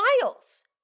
miles